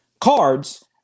cards